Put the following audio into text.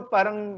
Parang